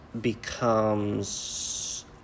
becomes